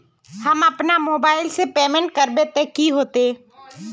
हम अपना मोबाईल से पेमेंट करबे ते होते?